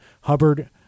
Hubbard